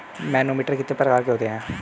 Manometer कितने प्रकार के होते हैं?